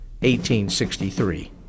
1863